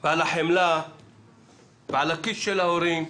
ועל החמלה ועל הכיס של ההורים.